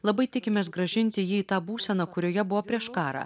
labai tikimės grąžinti jį į tą būseną kurioje buvo prieš karą